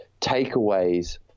takeaways